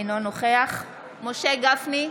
אינו נוכח משה גפני,